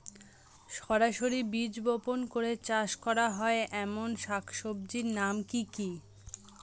সরাসরি বীজ বপন করে চাষ করা হয় এমন শাকসবজির নাম কি কী?